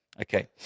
okay